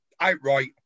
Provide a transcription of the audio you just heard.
outright